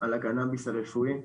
על הקנביס הרפואי,